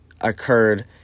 occurred